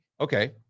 Okay